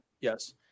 yes